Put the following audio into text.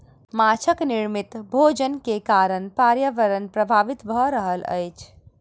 माँछक निर्मित भोजन के कारण पर्यावरण प्रभावित भ रहल अछि